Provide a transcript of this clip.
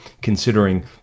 considering